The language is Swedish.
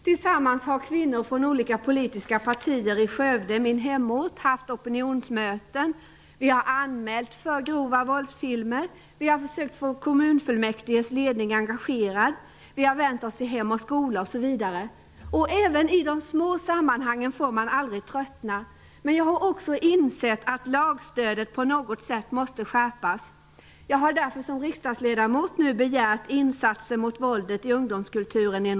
Tillsammans har kvinnor från de olika politiska partierna i min hemort Skövde haft opinionsmöten, vi har anmält för grova våldsfilmer, försökt få kommunfullmäktiges ledning engagerad, vänt oss till Hem o. Skola osv. Inte heller i de små sammanhangen får man någonsin tröttna. Men jag har också insett att lagstödet på något sätt måste skärpas. Jag har därför som riksdagsledamot nu i en motion begärt insatser mot våldet i ungdomskulturen.